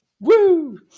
Woo